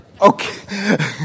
Okay